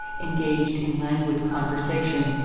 engaged in languid conversation,